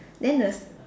then the